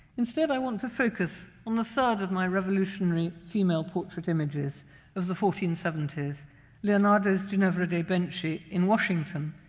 instead, i want to focus on the third of my revolutionary female portrait images of the fourteen seventy s leonardo's ginevra de' benci in washington,